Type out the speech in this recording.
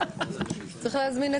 (הישיבה נפסקה בשעה 13:10 ונתחדשה בשעה 13:40.) שלום לכולם,